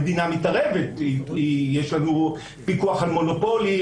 המדינה מתערבת יש לנו פיקוח על מונופולים,